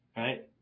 Right